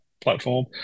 platform